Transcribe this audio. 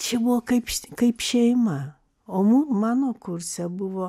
čia buvo kaip kaip šeima o mum mano kurse buvo